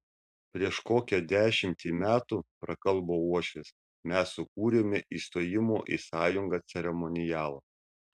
prieš kokią dešimtį metų prakalbo uošvis mes sukūrėme įstojimo į sąjungą ceremonialą